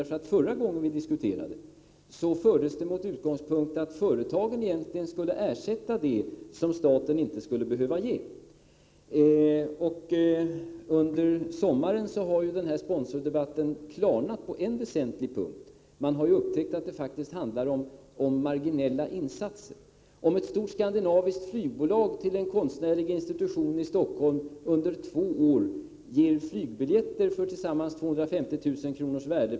Förra gången vi diskuterade fördes diskussionen med utgångspunkten att företagen skulle ersätta det som staten inte skulle behöva ge. Under sommaren har den här sponsordebatten klarnat på en väsentlig punkt. Man har upptäckt att det faktiskt handlar om marginella insatser. Om ett stort skandinaviskt flygbolag till en konstnärlig institution i Stockholm under två år ger fribiljetter till ett sammanlagt värde av 250 000 kr.